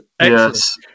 Yes